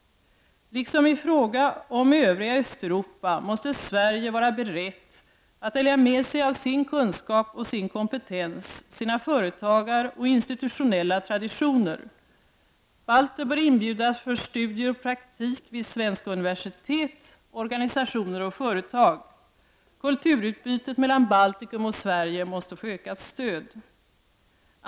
Liksom i fråga om övriga Östeuropa måste Sverige vara berett att dela med sig av sin kunskap och kompetens, sina företagartraditioner och institutionella traditioner. Balter bör inbjudas för studier och praktik till svenska universitet, organisationer och företag. Kulturutbytet mellan Baltikum och Sverige måste få ökat stöd.